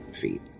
feet